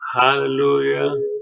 Hallelujah